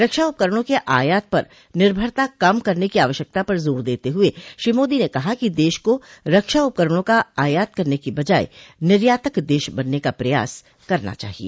रक्षा उपकरणों के आयात पर निर्भरता कम करने की आवश्यकता पर जोर देते हुए श्री मोदी ने कहा कि देश को रक्षा उपकरणों का आयात करने की बजाय निर्यातक देश बनने का प्रयास करना चाहिए